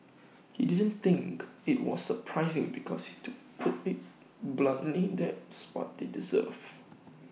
he didn't think IT was surprising because to put IT bluntly that's what they deserve